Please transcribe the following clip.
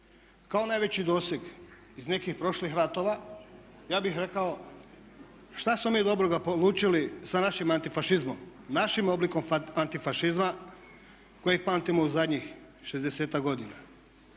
kao najveći doseg iz nekih prošlih ratova, ja bih rekao šta smo mi dobro polučili sa našim antifašizmom, našim oblikom antifašizma kojeg pamtimo u zadnjih 60-ak godina?